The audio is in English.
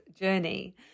journey